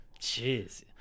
jeez